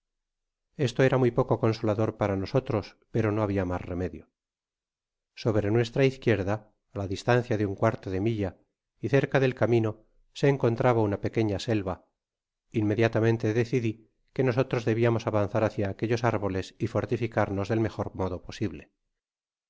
esto era muy poce consolador para nosotros pero no habia mas remedio sobre nuestra izquierda á la distancia de un cuarto de milla y cerca del camino se encontraba una pequeña selva inmediatamente decidi que nosotros debiamos avanzar hácia aquellos árboles y fortificamos del mejor modo posible